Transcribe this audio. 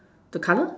the color